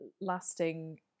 lasting